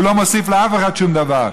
הוא לא מוסיף לאף אחד שום דבר.